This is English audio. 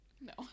No